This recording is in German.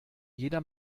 jeder